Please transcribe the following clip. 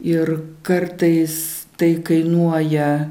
ir kartais tai kainuoja